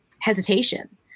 hesitation